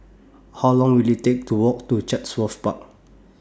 How Long Will IT Take to Walk to Chatsworth Park